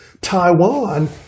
Taiwan